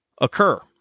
occur